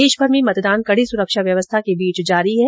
देशभर मतदान कड़ी सुरक्षा व्यवस्था के बीच जारी है